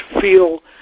feel